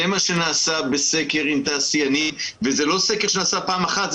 זה מה שנעשה בסקר עם תעשיינים וזה לא סקר שנעשה פעם אחת,